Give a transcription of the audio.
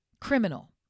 Criminal